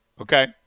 Okay